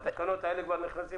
בתקנות האלה כבר נכנסים